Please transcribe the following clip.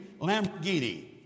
Lamborghini